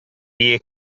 ear